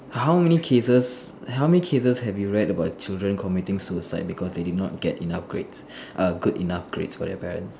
how many cases how many cases have you read about children committing suicide because they did not get enough grades err good enough grades for their parents